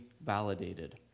validated